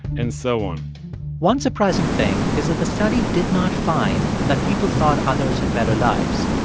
and so on one surprising thing is that the study did not find that people thought others had better lives.